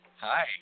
Hi